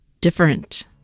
different